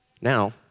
Now